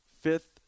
Fifth